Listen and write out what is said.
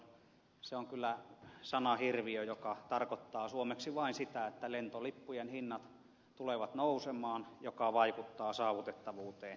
se on kyllä sanahirviö joka tarkoittaa suomeksi vain sitä että lentolippujen hinnat tulevat nousemaan mikä vaikuttaa saavutettavuuteen